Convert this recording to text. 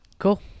Cool